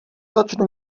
začnu